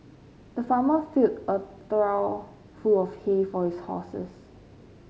the farmer filled a trough full of hay for his horses